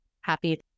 happy